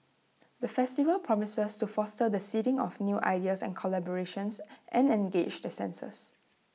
the festival promises to foster the seeding of new ideas and collaborations and engage the senses